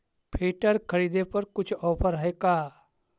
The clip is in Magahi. फिटर खरिदे पर कुछ औफर है का?